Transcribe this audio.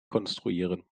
konstruieren